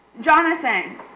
Jonathan